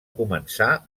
començar